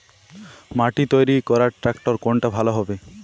মাটি তৈরি করার ট্রাক্টর কোনটা ভালো হবে?